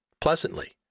Pleasantly